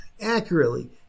accurately